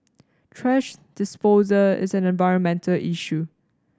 thrash disposal is an environmental issue